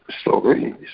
stories